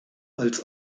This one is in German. als